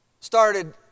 started